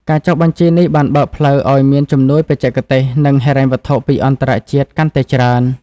ការចុះបញ្ជីនេះបានបើកផ្លូវឱ្យមានជំនួយបច្ចេកទេស និងហិរញ្ញវត្ថុពីអន្តរជាតិកាន់តែច្រើន។